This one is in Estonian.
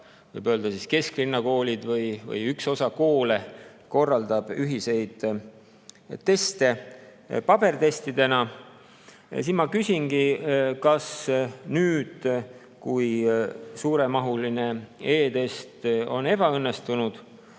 võib öelda, kesklinnakoolid või üks osa koole korraldab ühiseid teste paberil. Ma küsingi, kas nüüd, kui suuremahuline e-test on ebaõnnestunud,